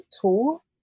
tool